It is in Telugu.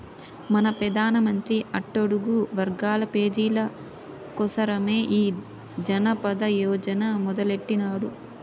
మన పెదానమంత్రి అట్టడుగు వర్గాల పేజీల కోసరమే ఈ జనదన యోజన మొదలెట్టిన్నాడు